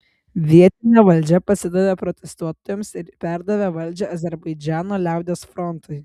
vietinė valdžia pasidavė protestuotojams ir perdavė valdžią azerbaidžano liaudies frontui